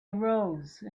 arose